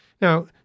Now